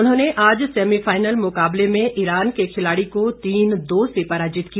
उन्होंने आज सेमीफाइनल मुकाबले में इरान के खिलाड़ी को तीन दो से पराजित किया